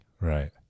Right